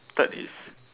third is